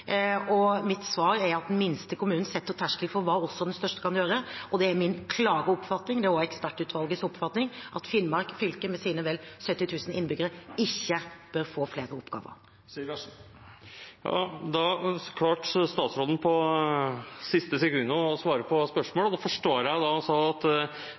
og mitt svar er at den minste kommunen setter terskelen for hva også den største kan gjøre. Og det er min klare oppfatning – det er også ekspertutvalgets oppfatning – at Finnmark fylke, med sine vel 70 000 innbyggere, ikke bør få flere oppgaver. Da klarte statsråden i det siste sekundet å svare på spørsmålet. Da forstår jeg det slik at